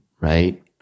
right